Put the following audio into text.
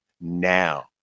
now